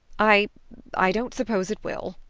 i i don't suppose it will,